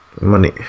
Money